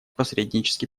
посреднический